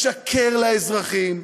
משקר לאזרחים,